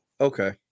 okay